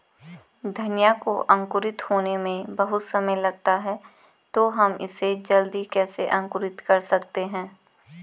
धनिया को अंकुरित होने में बहुत समय लगता है तो हम इसे जल्दी कैसे अंकुरित कर सकते हैं?